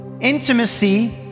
intimacy